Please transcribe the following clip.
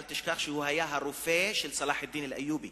אל תשכח שהוא היה הרופא של צלאח א-דין אל-איובי